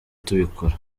tubikora